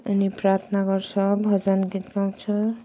अनि प्रार्थना गर्छ भजन गीत गाउँछ